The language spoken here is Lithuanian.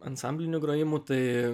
ansambliniu grojimu tai